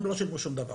הם לא שילמו שום דבר.